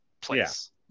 place